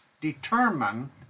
determine